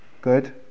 good